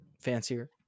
fancier